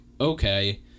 okay